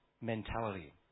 mentality